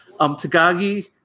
Tagagi